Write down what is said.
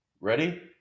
Ready